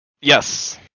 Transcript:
Yes